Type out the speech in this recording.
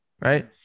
right